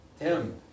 Tim